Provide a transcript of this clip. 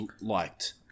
liked